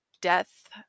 death